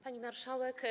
Pani Marszałek!